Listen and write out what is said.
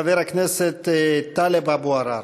חבר הכנסת טלב אבו עראר.